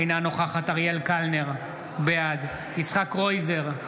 אינה נוכחת אריאל קלנר, בעד יצחק קרויזר,